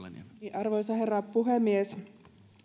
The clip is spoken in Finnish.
arvoisa herra puhemies